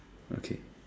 okay